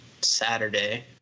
Saturday